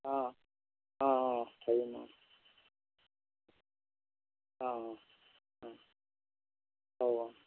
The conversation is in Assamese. অঁ অঁ অঁ অঁ অঁ হ'ব